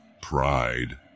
Pride